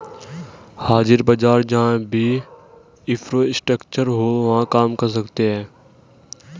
हाजिर बाजार जहां भी इंफ्रास्ट्रक्चर हो वहां काम कर सकते हैं